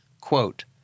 Quote